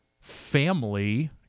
family